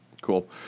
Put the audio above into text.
Cool